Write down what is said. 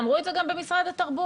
אמרו את זה גם במשרד התרבות,